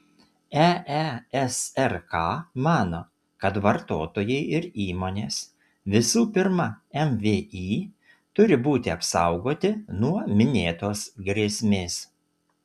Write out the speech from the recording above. eesrk mano kad vartotojai ir įmonės visų pirma mvį turi būti apsaugoti nuo minėtos grėsmės